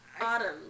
autumn